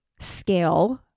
scale